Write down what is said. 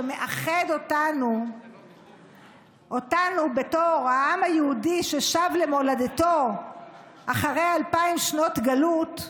שמאחד אותנו בתור העם היהודי ששב למולדתו אחרי אלפיים שנות גלות,